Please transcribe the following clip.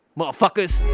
motherfuckers